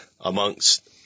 amongst